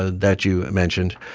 ah that you mentioned,